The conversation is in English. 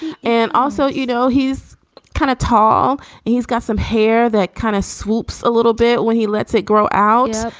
and also, you know, he's kind of tall and he's got some hair that kind of swoops a little bit when he lets it grow out.